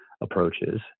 approaches